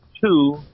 two